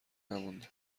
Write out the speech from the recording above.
نمونده